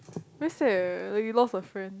very sad eh when you lost a friend